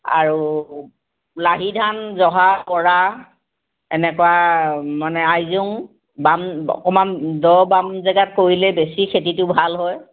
আৰু লাহি ধান জহা বৰা এনেকুৱা মানে আইজুং বাম অকণমান দ' বাম জেগাত কৰিলে বেছি খেতিটো ভাল হয়